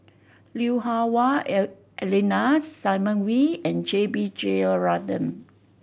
Lui Hah Wah Elena Simon Wee and J B Jeyaretnam